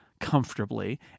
comfortably